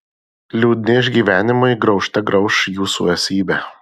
liūdni išgyvenimai graužte grauš jūsų esybę